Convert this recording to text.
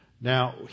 Now